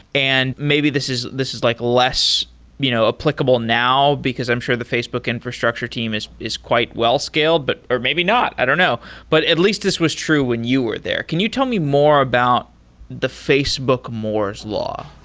and maybe this is this is like less you know applicable now, because i'm sure the facebook infrastructure team is is quite well scaled, but or maybe not. i don't know. but at least this was true when you were there. can you tell me more about the facebook moore's law?